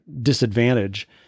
disadvantage